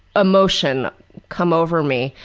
emotion come over me.